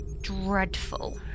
dreadful